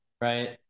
right